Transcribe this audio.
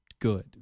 good